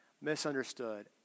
misunderstood